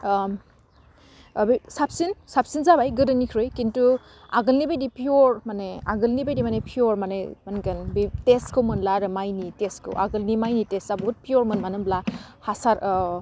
बे साबसिन साबसिन जाबाय गोदोनिख्रुइ खिन्थु आगोलनि बायदि पियर माने आगोलनि बायदि माने पियर माने मोनगोन बे टेस्टखौ मोनला आरो माइनि टेस्टखौ आगोलनि माइनि टेस्टआ बुहुत पियरमोन मानो होनब्ला हासार